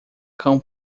cão